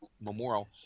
memorial